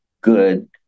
good